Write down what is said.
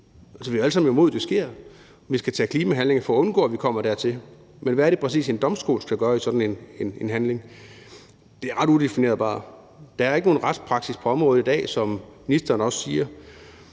vi er jo alle sammen imod, at det sker, og vi skal have klimahandlinger for at undgå, at det kommer dertil. Men hvad er det præcis, en domstol skal gøre ved sådan en handling? Det er ret udefinerbart. Der er ikke nogen retspraksis på området i dag, som ministeren også siger.